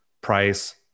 price